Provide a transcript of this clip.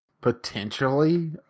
potentially